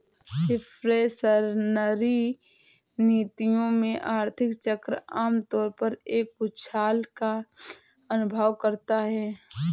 reflationary नीतियों में, आर्थिक चक्र आम तौर पर एक उछाल का अनुभव करता है